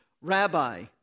rabbi